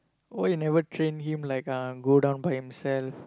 why you never train him like uh go down by himself